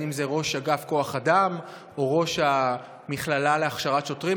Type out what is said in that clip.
ראש אגף כוח אדם או ראש המכללה לשוטרים,